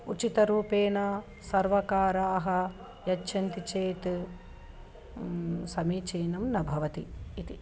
उचितरूपेण सर्वकाराः यच्छन्ति चेत् समीचीनं न भवति इति